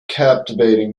captivating